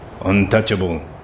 Untouchable